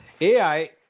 AI